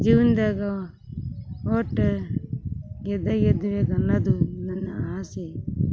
ಜೀವನ್ದಾಗ ಒಟ್ಟು ಗೆದ್ದೇ ಗೆಲ್ಬೇಕ್ ಅನ್ನೋದು ನನ್ನ ಆಸೆ